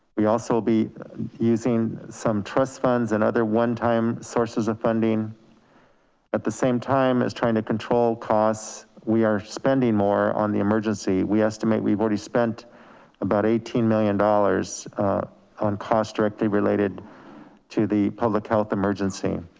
we also will be using some trust funds and other one time sources of funding at the same time as trying to control costs, we are spending more on the emergency. we estimate we've already spent about eighteen million dollars on cost directly related to the public health emergency.